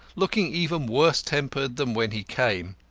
looking even worse-tempered than when he came.